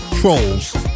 Trolls